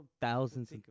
thousands